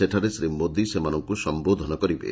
ସେଠାରେ ଶ୍ରୀ ମୋଦି ସେମାନଙ୍କୁ ସମ୍ବୋଧନ କରିବେ